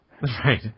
Right